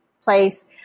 place